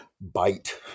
bite